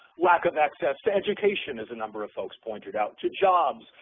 lack of access to education, as a number of folks pointed out, to jobs,